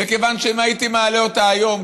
וכיוון שאם הייתי מעלה אותה היום,